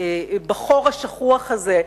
בחור השכוח הזה,